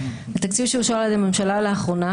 התקציב שאושר על ידי הממשלה לאחרונה,